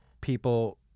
people